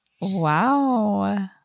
Wow